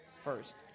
first